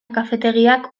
kafetegiak